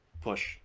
push